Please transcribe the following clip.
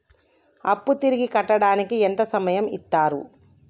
అప్పు తిరిగి కట్టడానికి ఎంత సమయం ఇత్తరు?